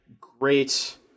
great